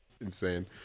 insane